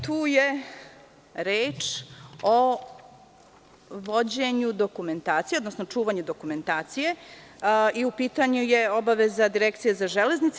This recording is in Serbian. Tu je reč o vođenju dokumentacije, odnosno čuvanju dokumentacije i u pitanju je obaveza Direkcije za železnice.